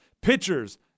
pitchers